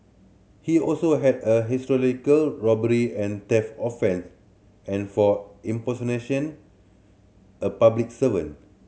he also had a historical robbery and theft offence and for impersonation a public servant